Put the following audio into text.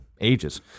ages